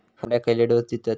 कोंबड्यांक खयले डोस दितत?